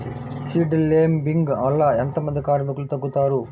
Seed లేంబింగ్ వల్ల ఎంత మంది కార్మికులు తగ్గుతారు?